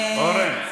אורן.